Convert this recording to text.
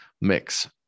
mix